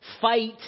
fight